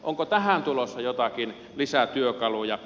onko tähän tulossa joitakin lisätyökaluja